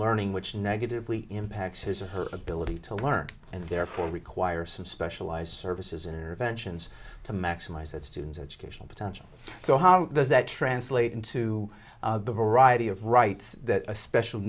learning which negatively impacts his or her ability to learn and therefore require some specialized services interventions to maximize that student's educational potential so how does that translate into the variety of rights that a special